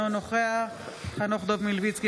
אינו נוכח חנוך דב מלביצקי,